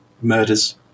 murders